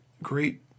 great